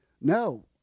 no